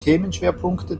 themenschwerpunkte